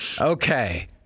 Okay